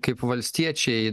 kaip valstiečiai